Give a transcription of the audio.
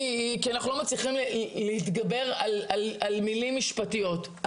כי אנחנו לא מצליחים להתגבר על מילים משפטיות.